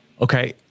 okay